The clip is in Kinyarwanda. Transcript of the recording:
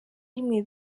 rimwe